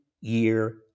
year